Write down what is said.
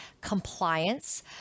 compliance